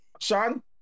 sean